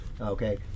okay